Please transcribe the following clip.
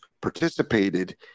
participated